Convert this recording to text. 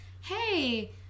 hey